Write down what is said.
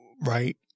right